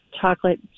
chocolate